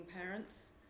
Parents